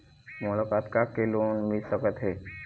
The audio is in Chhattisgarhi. मोला कतका के लोन मिल सकत हे?